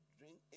drink